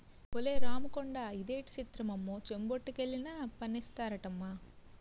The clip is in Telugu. ఒలే రాముకొండా ఇదేటి సిత్రమమ్మో చెంబొట్టుకెళ్లినా పన్నేస్తారటమ్మా